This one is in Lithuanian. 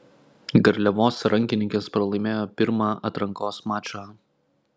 garliavos rankininkės pralaimėjo pirmą atrankos mačą